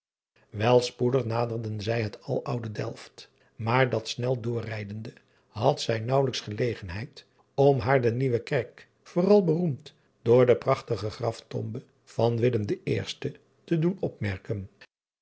el spoedig naderden zij het aloude elft maar dat snel doorrijdende had zij naauwelijks gelegenheid om haar de ieuwe kerk vooral beroemd door de prachtige raftombe van te doen opmer